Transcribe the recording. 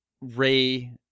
Ray